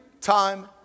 time